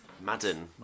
Madden